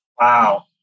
Wow